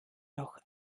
doch